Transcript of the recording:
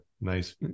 nice